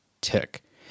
Tick